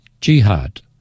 jihad